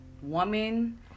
woman